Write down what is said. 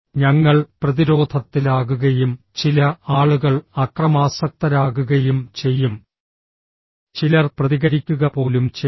ഞങ്ങൾ പ്രതിരോധത്തിലാകുകയും ചില ആളുകൾ അക്രമാസക്തരാകുകയും ചെയ്യും ചിലർ പ്രതികരിക്കുകപോലും ചെയ്യും